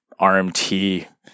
RMT